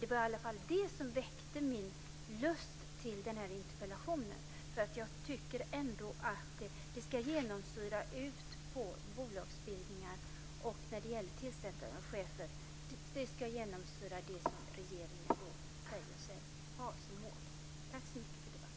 Det var i alla fall det som väckte min lust att framställa den här interpellationen. Jag tycker att det som regeringen säger sig ha som mål ska genomsyra ut i bolagsbildningar och när det gäller tillsättandet av chefer.